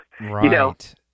Right